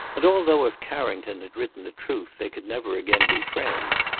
and although, if carrington had written the truth, they could never again be friends,